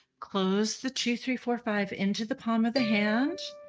close the two three four five into the palm of the hand.